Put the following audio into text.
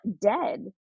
dead